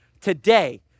today